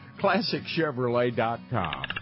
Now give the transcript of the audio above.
ClassicChevrolet.com